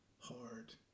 hard